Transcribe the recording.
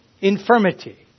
infirmity